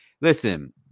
listen